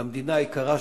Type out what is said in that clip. למדינה היקרה שלנו,